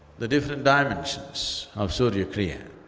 the different dimensions of surya kriya